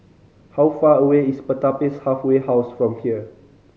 how far away is Pertapis Halfway House from here